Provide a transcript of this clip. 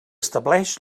establix